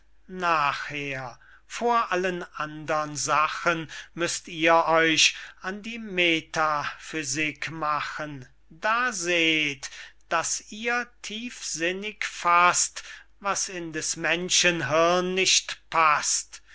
nachher vor allen andern sachen müßt ihr euch an die metaphysik machen da seht daß ihr tiefsinnig faßt was in des menschen hirn nicht paßt